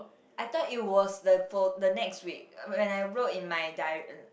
I thought it was the fol~ the next week when I wrote in my di~ uh